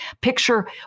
Picture